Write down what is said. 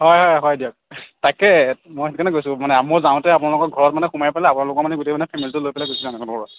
হয় হয় হয় দিয়ক তাকে মই সেইকাৰণে কৈছোঁ মানে মই যাওঁতে আপোনালোকৰ ঘৰত মানে সোমাই পেলাই আপোনালোকৰ মানে গোটেই মানে ফেমিলিটো লৈ পেলাই গুচি যাম